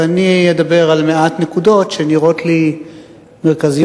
ואני אדבר על מעט נקודות שנראות לי מרכזיות,